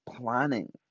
planning